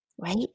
Right